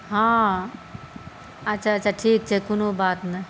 हँ अच्छा अच्छा ठीक छै कोनो बात नहि